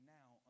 now